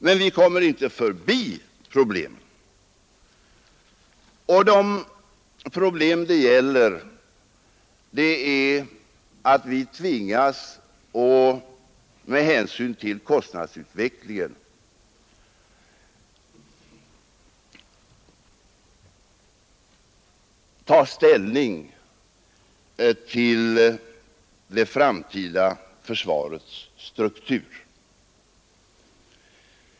Men vi kommer inte förbi problemen; vi tvingas att med hänsyn till kostnadsutvecklingen ta ställning till det framtida försvarets struktur.